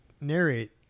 narrate